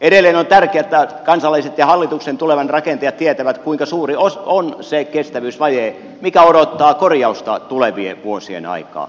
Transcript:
edelleen on tärkeää että kansalaiset ja tulevan hallituksen rakentajat tietävät kuinka suuri on se kestävyysvaje mikä odottaa korjausta tulevien vuosien aikaan